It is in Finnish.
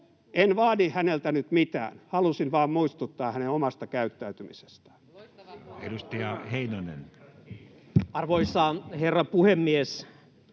En vaadi häneltä nyt mitään. Halusin vain muistuttaa hänen omasta käyttäytymisestään. [Speech 4] Speaker: Matti